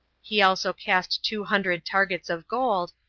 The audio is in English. he also cast two hundred targets of gold,